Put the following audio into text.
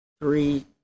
three